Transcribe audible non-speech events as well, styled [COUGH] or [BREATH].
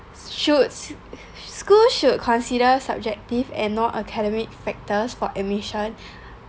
should schools should consider subjective and non academic factors for admission [BREATH]